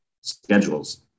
schedules